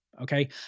okay